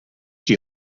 die